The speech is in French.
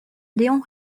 léon